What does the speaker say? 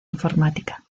informática